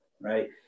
right